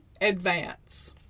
advance